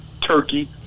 turkey